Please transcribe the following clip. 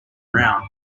around